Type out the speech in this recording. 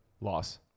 loss